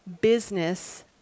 business